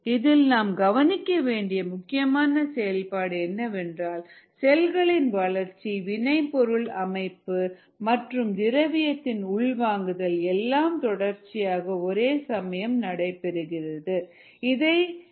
இதில் நாம் கவனிக்க வேண்டிய முக்கியமான செயல்பாடு என்னவென்றால் செல்களின் வளர்ச்சி வினை பொருள் அமைப்பு மற்றும் திரவியத்தின் உள்வாங்குதல் எல்லாம் தொடர்ச்சியாக ஒரே சமயம் நடைபெறுகிறது